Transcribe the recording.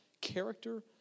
character